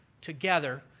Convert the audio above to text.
together